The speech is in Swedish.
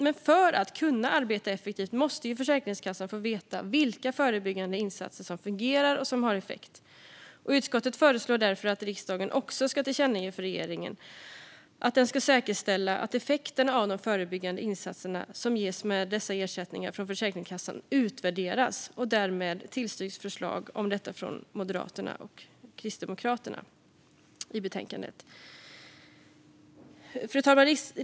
Men för att kunna arbeta effektivt måste ju Försäkringskassan få veta vilka förebyggande insatser som fungerar och har effekt. Utskottet föreslår därför att riksdagen ska tillkännage för regeringen att den ska säkerställa att effekterna av de förebyggande insatser som ges med dessa ersättningar från Försäkringskassan utvärderas. Därmed tillstyrks förslag om detta från Moderaterna och Kristdemokraterna i betänkandet. Fru talman!